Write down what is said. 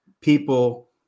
people